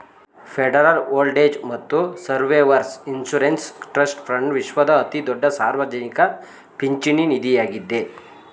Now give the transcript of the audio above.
federal old age ಮತ್ತು survivors insurance trust fund ವಿಶ್ವದ ಅತಿದೊಡ್ಡ ಸಾರ್ವಜನಿಕ ಪಿಂಚಣಿ ನಿಧಿಯಾಗಿದ್ದೆ